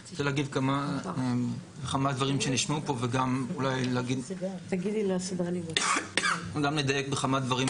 אני רוצה להגיב על כמה דברים שנשמעו פה וגם לדייק בכמה דברים